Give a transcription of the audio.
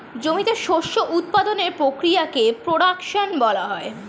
জমিতে শস্য উৎপাদনের প্রক্রিয়াকে প্রোডাকশন বলা হয়